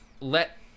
let